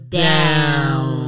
down